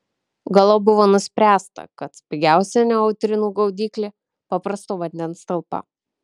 galop buvo nuspręsta kad pigiausia neutrinų gaudyklė paprasto vandens talpa